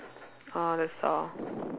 !huh! that's all